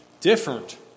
different